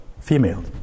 female